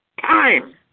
time